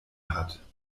hat